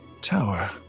tower